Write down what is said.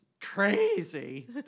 crazy